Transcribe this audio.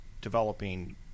developing